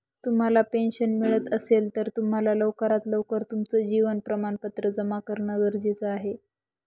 तुम्हाला पेन्शन मिळत असेल, तर तुम्हाला लवकरात लवकर तुमचं जीवन प्रमाणपत्र जमा करणं गरजेचे आहे